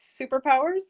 superpowers